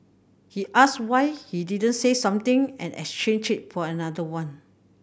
he asked why he didn't say something and exchange it for another one